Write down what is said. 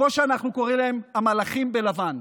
כמו שאנחנו קוראים להם, המלאכים בלבן.